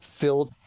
filled